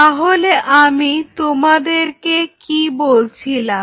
তাহলে আমি তোমাদেরকে কি বলছিলাম